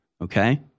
okay